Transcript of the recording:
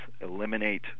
eliminate